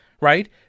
right